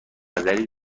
نظری